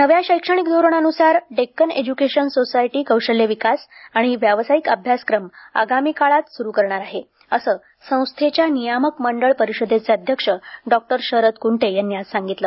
नव्या शैक्षणिक धोरणानुसार डेक्कन एज्यूकेशन सोसायटी कौशल्य विकास आणि व्यवसायिक अभ्यासक्रम आगामी काळात सुरू करणार आहे असं संस्थेच्या नियामक मंडळ आणि परिषदेचे अध्यक्ष डॉक्टर शरद कुंटे यांनी आज सांगितलं